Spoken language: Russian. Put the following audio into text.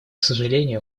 сожалению